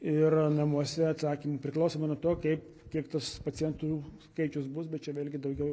ir namuose atsakymų priklausomai nuo to kaip kiek tas pacientų skaičius bus bet čia vėlgi daugiau